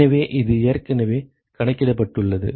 எனவே இது ஏற்கனவே கணக்கிடப்பட்டுள்ளது